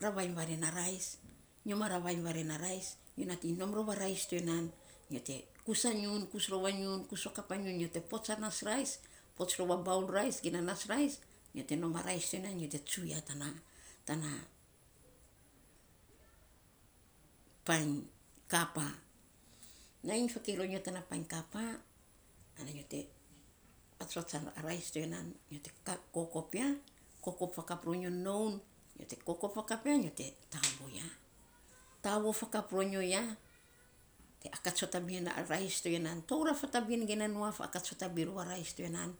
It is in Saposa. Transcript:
ravainy vare na rais nyo ma ravaing vare na rais, nyo nating nom rou a rais to ya nan nyo te kus a ngiun, kus rou a ngiun, kus fakap a ngiun nyo te pots a rais pos rou bowl rais, ge na nas rais nyo te nom a rais tsunya nyo te tsu ya tana painy kapa, nainy fakei ronyo tana painy kapa, ana nyo te vatsvats a rais to ya nan, nyo te kokop ya, kokop fakap ronyo noun, nyo te kokep fakap ya nyo te tavo ya. Tavo fakap ro nyo ya, nyo te akats fatabin a rais to ya nan, touraf vafabin ge na nuaf akats fatabin rou a rais to ya anan.